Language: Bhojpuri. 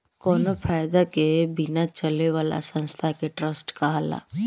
कावनो फायदा के बिना चले वाला संस्था के ट्रस्ट कहाला